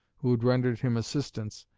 who had rendered him assistance,